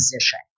position